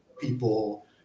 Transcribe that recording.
people